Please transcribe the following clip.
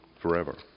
forever